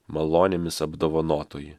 malonėmis apdovanotoji